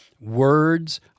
words